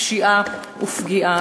פשיעה ופגיעה,